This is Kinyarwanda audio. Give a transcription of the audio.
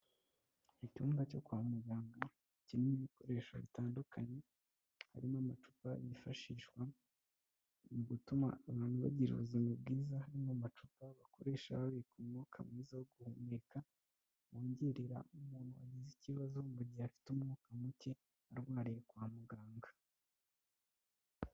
Icyumba cyo kwa muganga kirimwo ibikoresho bitandukanye harimo; amacupa yifashishwa mu gutuma abantu bagira ubuzima bwiza. Mu macupa bakoresha babika umwuka mwiza wo guhumeka wongererwa umuntu agize ikibazo mu gihe afite umwuka muke arwariye kwa muganga.